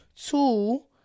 Two